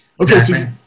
Okay